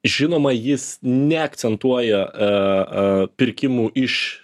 žinoma jis neakcentuoja a a pirkimų iš